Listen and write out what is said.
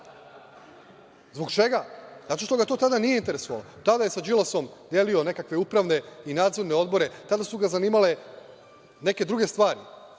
Zbog čega? Zato što ga to tada nije interesovalo. Tada je sa Đilasom delio nekakve upravne i nadzorne odbore, tada su ga zanimale neke druge stvari.